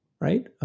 right